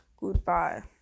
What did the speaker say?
goodbye